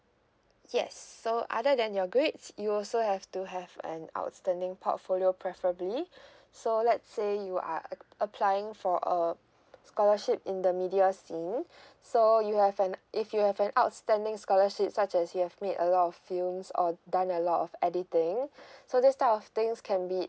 yes so other than your grades you also have to have an outstanding portfolio preferably so let's say you are ap~ applying for a scholarship in the media scene so you have an if you have an outstanding scholarship such as you have made a lot of films or done a lot of editing so this type of things can be